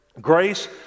Grace